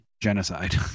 genocide